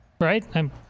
Right